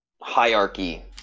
hierarchy